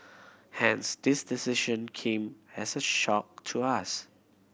hence this decision came as a shock to us